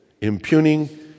impugning